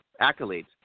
accolades